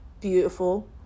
beautiful